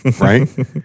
right